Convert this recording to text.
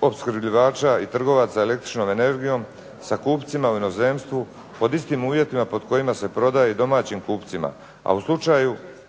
opskrbljivača i trgovaca električnom energijom sa kupcima u inozemstvu pod istim uvjetima pod kojima se prodaje i domaćim kupcima a u slučaju